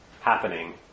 happening